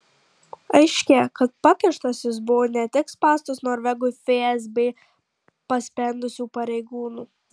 aiškėja kad pakištas jis buvo ne tik spąstus norvegui fsb paspendusių pareigūnų